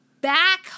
back